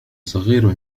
صغير